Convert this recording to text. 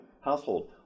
household